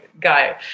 guy